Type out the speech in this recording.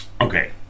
okay